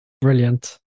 Brilliant